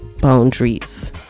boundaries